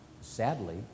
sadly